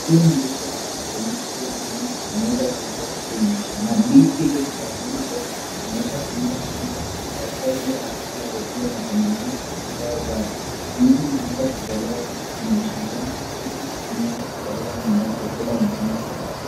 Hii ni ndizi ambayo mkulima huyu ameweza kuitoa kwenye mashambani. Ndizi hilo kuna sehemu ambayo imeweza kuiva na iko katika ile harakati ya kukulwa na kuna ile ambayo bado. Ndizi limeweza kutolewa kwenye mashambani ili mwenyewe aweze kupeleka nyumbani kukula au mjini kuuzwa.